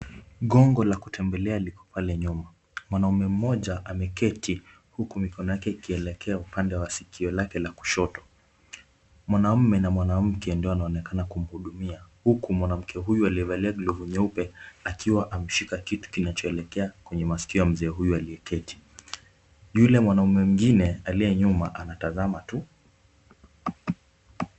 Gongo la kutembelea liko pale nyuma. Mwanaume mmoja ameketi huku mikono yake ikielekea upande wa sikio lake la kushoto. Mwanaume na mwanamke ndio wanaoneka kumhudumia huku mwanamke huyu aliyevalia glovu nyeupe akiwa ameshika kitu kinachoelekea kwenye maskio ya mzee huyu aliyeketi. Yule mwanaume mwingine aliye nyuma, anatazama tu.